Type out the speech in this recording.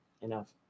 Enough